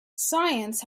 science